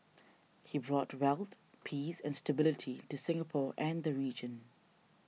he brought wealth peace and stability to Singapore and the region